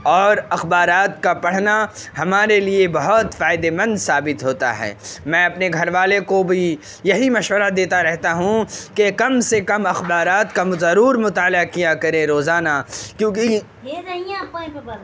اور اخبارات کا پڑھنا ہمارے لیے بہت فائدے مند ثابت ہوتا ہے میں اپنے گھر والے کو بھی یہی مشورہ دیتا رہتا ہوں کہ کم سے کم اخبارات کا ضرور مطالعہ کیا کریں روزانہ کیونکہ